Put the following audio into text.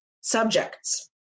subjects